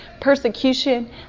persecution